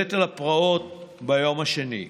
להשתלט על הפרעות ביום השני.